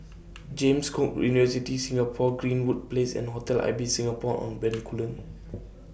James Cook University Singapore Greenwood Place and Hotel Ibis Singapore on Bencoolen